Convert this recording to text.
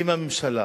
אם הממשלה